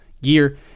year